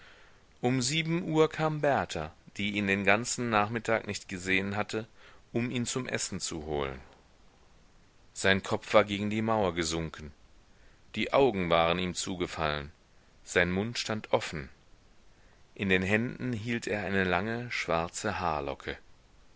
um sieben uhr kam berta die ihn den ganzen nachmittag nicht gesehen hatte um ihn zum essen zu holen sein kopf war gegen die mauer gesunken die augen waren ihm zugefallen sein mund stand offen in den händen hielt er eine lange schwarze haarlocke